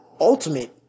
Ultimate